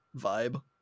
vibe